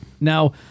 Now